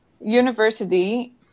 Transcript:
university